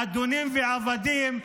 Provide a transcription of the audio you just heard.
אדונים ועבדים,